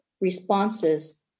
responses